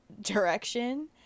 direction